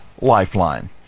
lifeline